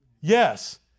Yes